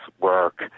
work